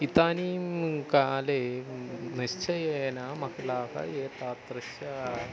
इदानीं काले निश्चयेन महिलाः एतादृश